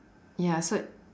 ya so